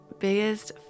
Biggest